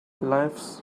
lifes